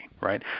right